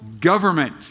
government